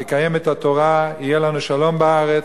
יקיים את התורה יהיה לנו שלום בארץ,